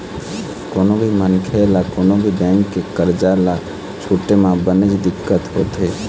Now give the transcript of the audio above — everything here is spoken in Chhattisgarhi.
कोनो भी मनखे ल कोनो भी बेंक के करजा ल छूटे म बनेच दिक्कत होथे